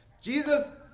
Jesus